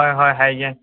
ꯍꯣꯏ ꯍꯣꯏ ꯍꯥꯏꯒꯦ